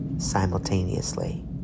simultaneously